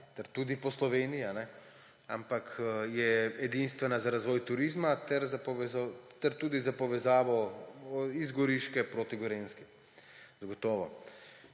ter tudi po Sloveniji, ampak je edinstvena za razvoj turizma ter tudi za povezavo z Goriške proti Gorenjski. Zagotovo.